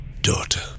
daughter